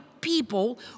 people